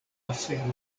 aferoj